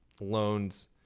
loans